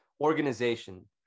organization